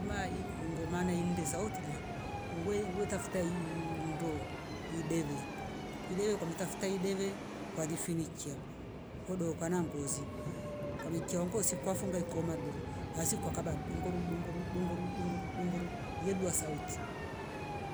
Ima ivi ngoma na inde sauti le ngwei we tafuta ii- iindo ideve ile kwametafuta ideve kwalifinikia hodoka na ngozi kwamichia ngozi kwafunge ikoma doro lasi kwa kaba "dongoro dunguro dunguro dunguro dunguro dunguro dunguro" yedua sauti